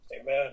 amen